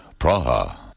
Praha